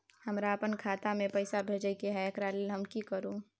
हमरा अपन खाता में पैसा भेजय के है, एकरा लेल हम की करू?